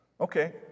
okay